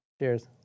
Cheers